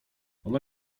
ona